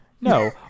No